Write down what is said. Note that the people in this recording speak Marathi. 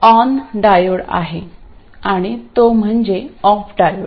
तर हा ON डायोड आहे आणि तो म्हणजे OFF डायोड